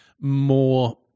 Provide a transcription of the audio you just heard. more